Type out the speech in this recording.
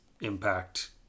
impact